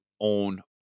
own